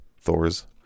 Thor's